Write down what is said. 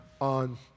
on